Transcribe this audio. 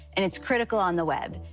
and it's critical on the web.